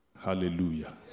Hallelujah